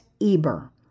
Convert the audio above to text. Eber